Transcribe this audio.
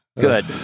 good